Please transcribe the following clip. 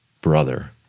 brother